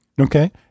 Okay